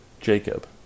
Jacob